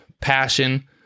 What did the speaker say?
passion